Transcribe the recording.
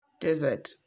desert